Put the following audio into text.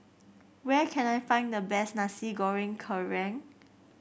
where can I find the best Nasi Goreng Kerang